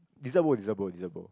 Dessert Bowl Dessert Bowl Dessert Bowl